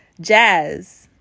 jazz